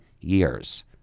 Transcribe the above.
years